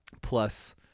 Plus